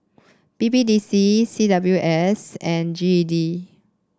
B B D C C W S and G E D